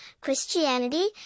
Christianity